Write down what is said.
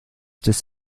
des